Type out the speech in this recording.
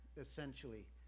essentially